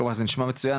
כלומר זה נשמע מצוין,